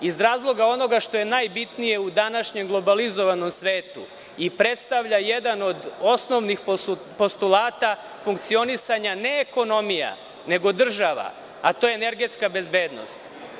Iz razloga onoga što je najbitnije u današnjem globalizovanom svetu i predstavlja jedan od osnovnih postulata funkcionisanja, ne ekonomija, nego država, a to je energetska bezbednost.